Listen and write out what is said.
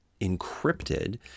encrypted